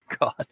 God